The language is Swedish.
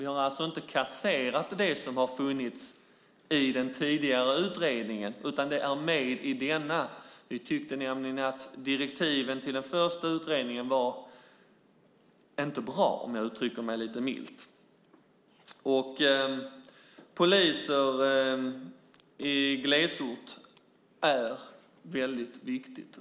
Vi har alltså inte kasserat det som fanns i den tidigare utredningen, utan det finns med i Danielssons utredning. Vi tyckte nämligen att direktiven till den första utredningen inte var bra, om jag uttrycker mig milt. Rekryteringen av poliser till glesort är väldigt viktig.